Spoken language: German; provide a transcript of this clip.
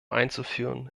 einzuführen